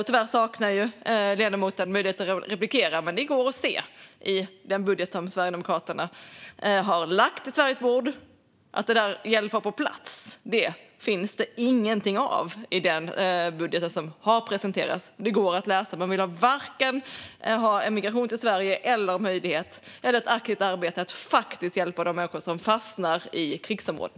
Tyvärr saknar ledamoten möjlighet att replikera, men i den budget som Sverigedemokraterna har lagt fram går det att se att det där med att hjälpa på plats finns det ingenting av. Det går att läsa i budgeten. Man vill varken ha migration till Sverige eller ett aktivt arbete med att faktiskt hjälpa de människor som fastnar i krigsområden.